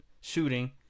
shooting